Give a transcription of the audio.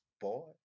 boy